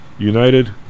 United